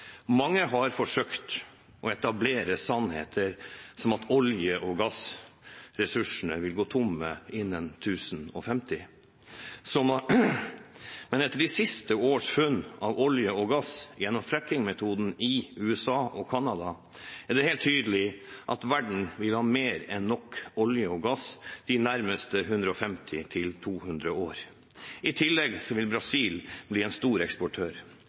Mange har forsøkt å etablere sannheter som at olje- og gassressursene vil gå tomme innen 2050. Men etter de siste års funn av olje og gass gjennom fracking-metoden i USA og Canada, er det helt tydelig at verden vil ha mer enn nok olje og gass de nærmeste 150–200 år. I tillegg vil Brasil bli en stor eksportør.